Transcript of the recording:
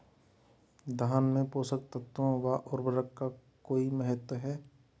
धान में पोषक तत्वों व उर्वरक का कोई महत्व है?